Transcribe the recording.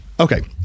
Okay